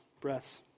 breaths